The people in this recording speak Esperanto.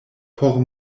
por